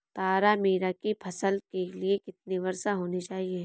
तारामीरा की फसल के लिए कितनी वर्षा होनी चाहिए?